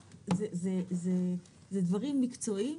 אלה דברים מקצועיים